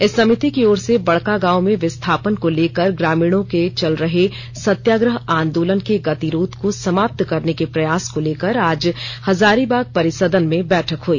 इस समिति की ओर से बड़कागांव में विस्थापन को लेकर ग्रामीणों के चल रहे सत्याग्रह आंदोलन के गतिरोध को समाप्त करने के प्रयास को लेकर आज हजारीबाग परिसदन में बैठक हुई